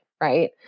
right